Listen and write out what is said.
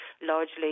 largely